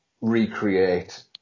recreate